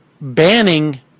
banning